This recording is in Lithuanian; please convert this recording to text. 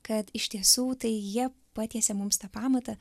kad iš tiesų tai jie patiesė mums tą pamatą